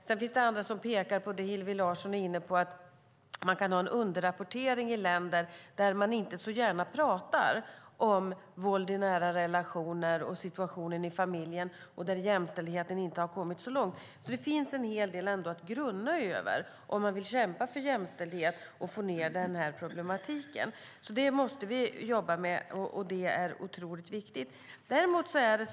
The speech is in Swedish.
Sedan finns det andra som pekar på vad Hillevi Larsson var inne på, nämligen att det kan vara en underrapportering i länder där man inte så gärna talar om våld i nära relationer och situationen i familjen; där jämställdheten inte har kommit så långt. Det finns en hel del att grunna över om man vill kämpa för jämställdhet och minska problemen. Det är otroligt viktigt att jobba med dessa problem.